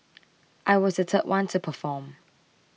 I was the third one to perform